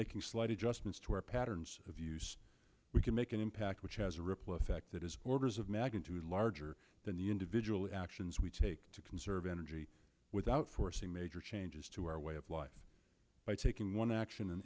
making slight adjustments to our patterns of use we can make an impact which has a ripple effect that is orders of magnitude larger than the individual actions we take to conserve energy without forcing major changes to our way of life by taking one action and